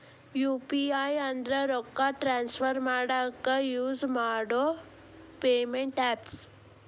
UPI ಅಂದ್ರ ರೊಕ್ಕಾ transfer ಮಾಡಾಕ ಯುಸ್ ಮಾಡೋ ಪೇಮೆಂಟ್ ಆಪ್ಸ್